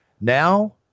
Now